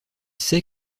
sait